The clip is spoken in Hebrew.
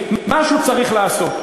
משהו צריך לעשות.